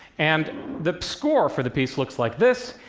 and the score for the piece looks like this,